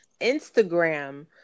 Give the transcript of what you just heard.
Instagram